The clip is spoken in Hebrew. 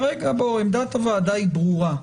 כרגע בוא עמדת הועדה היא ברורה,